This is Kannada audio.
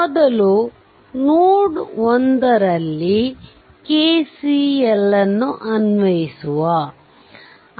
ಮೊದಲು ನೋಡ್ 1 ನಲ್ಲಿ KCL ಅನ್ನು ಅನ್ವಯಿಸಿದರೆ